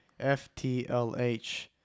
ftlh